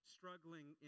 struggling